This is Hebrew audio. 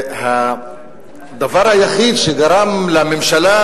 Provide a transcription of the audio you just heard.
הדבר היחיד שגרם לממשלה